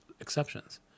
exceptions